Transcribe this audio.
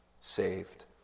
saved